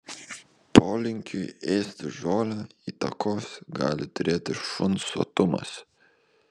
polinkiui ėsti žolę įtakos gali turėti ir šuns sotumas